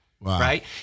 right